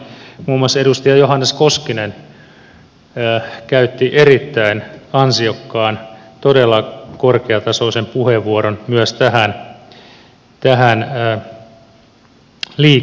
muun muassa edustaja johannes koskinen käytti erittäin ansiokkaan todella korkeatasoisen puheenvuoron myös tähän liittyen